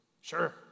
Sure